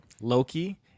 Loki